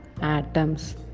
atoms